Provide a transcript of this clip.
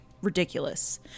ridiculous